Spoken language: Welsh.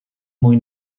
mwy